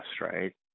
right